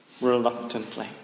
reluctantly